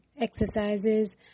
exercises